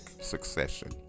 succession